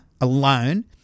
alone